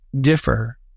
differ